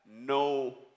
no